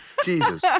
Jesus